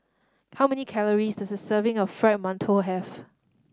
how many calories does a serving of Fried Mantou have